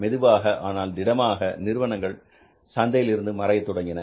மெதுவாக ஆனால் திடமாக நிறுவனங்கள் சந்தையிலிருந்து மறையத் துவங்கின